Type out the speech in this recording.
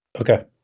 Okay